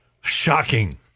Shocking